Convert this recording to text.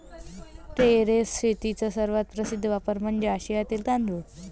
terrace शेतीचा सर्वात प्रसिद्ध वापर म्हणजे आशियातील तांदूळ